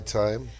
time